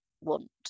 want